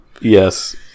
yes